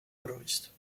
coloriste